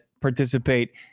participate